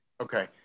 Okay